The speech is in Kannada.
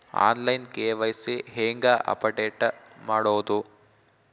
ಆನ್ ಲೈನ್ ಕೆ.ವೈ.ಸಿ ಹೇಂಗ ಅಪಡೆಟ ಮಾಡೋದು?